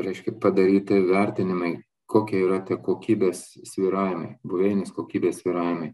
reiškia padaryti vertinimai kokie yra kokybės svyravimai buveinės kokybės svyravimai